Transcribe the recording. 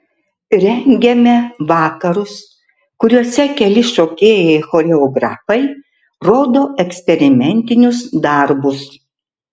rengiame vakarus kuriuose keli šokėjai choreografai rodo eksperimentinius darbus